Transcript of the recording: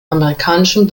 amerikanischen